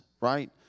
right